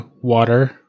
water